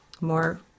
more